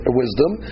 wisdom